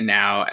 now